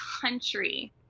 country